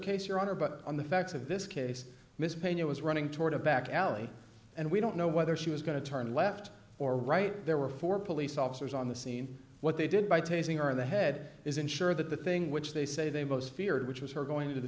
case your honor but on the facts of this case miss pena was running toward a back alley and we don't know whether she was going to turn left or right there were four police officers on the scene what they did by tasing or in the head is ensure that the thing which they say they most feared which was her going to the